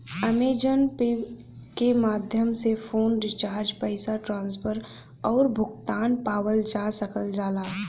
Amazon pay के माध्यम से फ़ोन रिचार्ज पैसा ट्रांसफर आउर भुगतान पावल जा सकल जाला